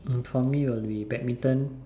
for me will be badminton